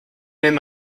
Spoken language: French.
même